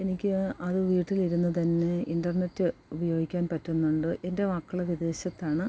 എനിക്ക് അത് വീട്ടിലിരുന്നു തന്നെ ഇൻറ്റർനെറ്റ് ഉപയോഗിക്കാൻ പറ്റുന്നുണ്ട് എൻ്റെ മക്കൾ വിദേശത്താണ്